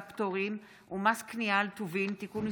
והפטורים ומס קנייה על טובין (תיקון מס'